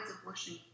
abortion